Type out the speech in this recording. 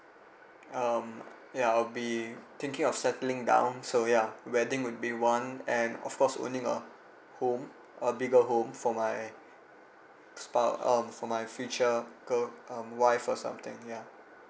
um ya I'll be thinking of settling down so yeah wedding would be one and of course owning a home a bigger home for my spou~ um for my future girl um wife or something ya